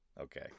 Okay